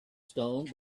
stone